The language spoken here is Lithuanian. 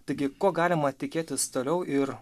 taigi ko galima tikėtis toliau ir